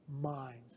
minds